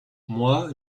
moi